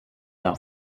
are